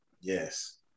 Yes